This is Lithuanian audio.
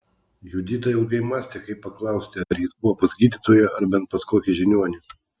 judita ilgai mąstė kaip paklausti ar jis buvo pas gydytoją ar bent pas kokį žiniuonį